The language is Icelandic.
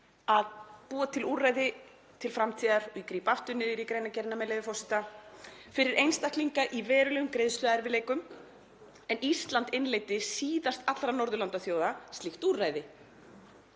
að búa til úrræði til framtíðar. Ég gríp aftur niður í greinargerðina, með leyfi forseta: „… fyrir einstaklinga í verulegum greiðsluerfiðleikum en Ísland innleiddi síðast allra Norðurlandaþjóða slíkt úrræði.